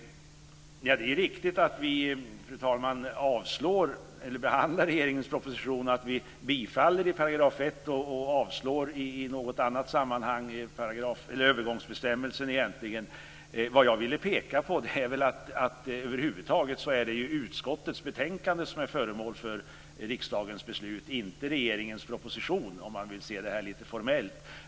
Det är riktigt, fru talman, att vi behandlar regeringens proposition och att vi bifaller i 1 § och avslår i övergångsbestämmelserna. Vad jag ville peka på är att det är utskottets betänkande som är föremål för riksdagens beslut, inte regeringens proposition om man vill se det lite formellt.